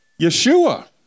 Yeshua